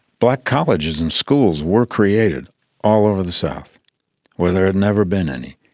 black colleges and schools were created all over the south where there had never been any.